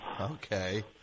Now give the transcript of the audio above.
Okay